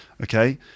Okay